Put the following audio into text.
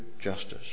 justice